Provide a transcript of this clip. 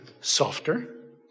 softer